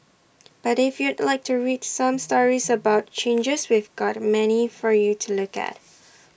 but if you'd like to read some stories about the changes we've got many for you to look at